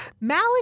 Malik